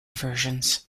versions